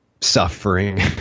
suffering